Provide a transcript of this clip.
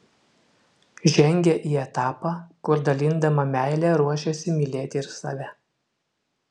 žengia į etapą kur dalindama meilę ruošiasi mylėti ir save